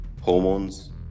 hormones